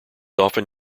often